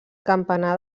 campanar